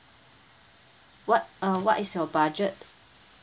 what uh what is your budget